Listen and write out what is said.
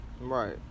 Right